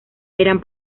eran